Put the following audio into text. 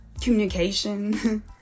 communication